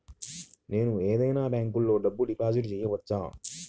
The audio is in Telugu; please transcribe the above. నేను ఏదైనా బ్యాంక్లో డబ్బు డిపాజిట్ చేయవచ్చా?